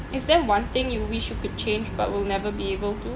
is there one thing you wish you could change but will never be able to